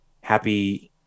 happy